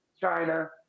China